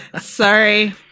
Sorry